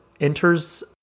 enters